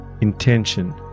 intention